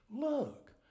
Look